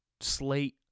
slate